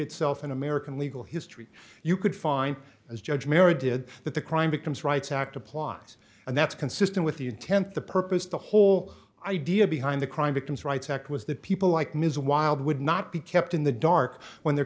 itself in american legal history you could find as judge mary did that the crime victims rights act applies and that's consistent with the intent the purpose the whole idea behind the crime victims rights act was that people like ms wilde would not be kept in the dark when their